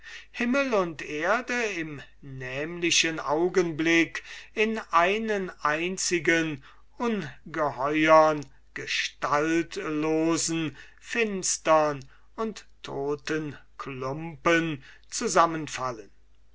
himmel und erde im nämlichen augenblick in einen einzigen ungeheuren gestaltlosen finstern und toten klumpen zusammenfallen